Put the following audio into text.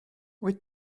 wyt